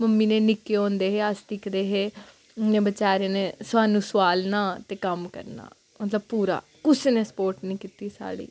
mummy ने निक्के होंदे हे अस दिखदे हे बेचारे न सानूं सोआलना ते कम्म करना मतलब पूरा कुसै ने सपोर्ट निं कीती साढ़ी